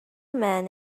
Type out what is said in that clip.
men